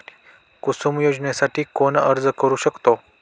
कुसुम योजनेसाठी कोण अर्ज करू शकतो?